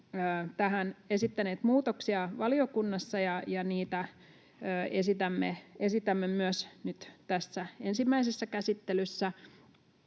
tähän esittäneet muutoksia valiokunnassa, ja niitä esitämme myös nyt tässä ensimmäisessä käsittelyssä.